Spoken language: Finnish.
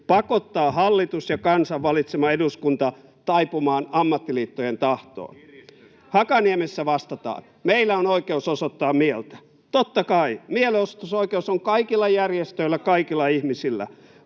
pakottaa hallitus ja kansan valitsema eduskunta taipumaan ammattiliittojen tahtoon? [Perussuomalaisten ryhmästä: Kiristystä!] Hakaniemessä vastataan: ”Meillä on oikeus osoittaa mieltä.” Totta kai, mielenosoitusoikeus on kaikilla järjestöillä, kaikilla ihmisillä.